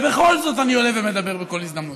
ובכל זאת אני עולה ומדבר בכל הזדמנות.